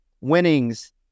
Winnings